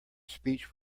speech